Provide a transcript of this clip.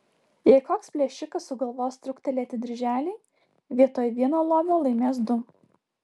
jei koks plėšikas sugalvos truktelėti dirželį vietoj vieno lobio laimės du